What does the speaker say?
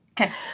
okay